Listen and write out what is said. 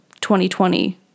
2020